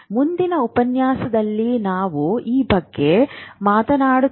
ಮುಂದಿನ ಉಪನ್ಯಾಸದಲ್ಲಿ ನಾವು ಈ ಬಗ್ಗೆ ಮಾತನಾಡುತ್ತೇವೆ